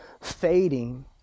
fading